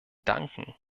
danken